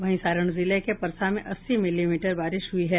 वहीं सारण जिले के परसा में अस्सी मिलीमीटर बारिश हुई है